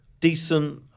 decent